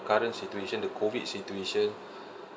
current situation the COVID situation